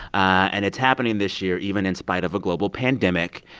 and it's happening this year even in spite of a global pandemic.